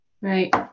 right